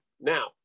now